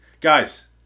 Guys